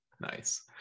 Nice